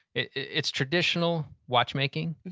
it's traditional watchmaking,